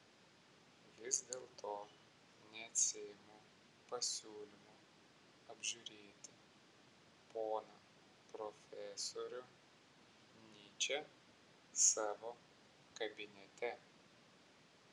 vis dėlto neatsiimu pasiūlymo apžiūrėti poną profesorių nyčę savo kabinete